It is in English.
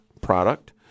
product